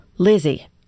Lizzie